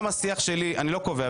אני לא קובע.